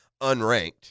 unranked